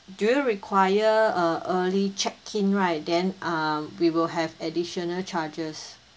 do you require uh early check-in right then uh we will have additional charges